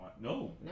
no